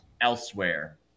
elsewhere